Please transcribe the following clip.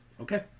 Okay